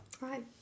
Right